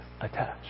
attached